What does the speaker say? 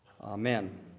Amen